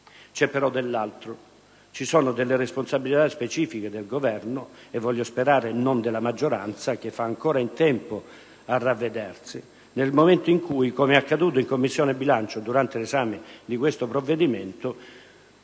C'è però dell'altro. Ci sono responsabilità specifiche del Governo, e voglio sperare non della maggioranza, che fa ancora in tempo a ravvedersi, nel momento in cui, come è accaduto in Commissione bilancio durante l'esame di questo provvedimento,